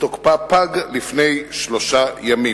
ותוקפה פג לפני שלושה ימים.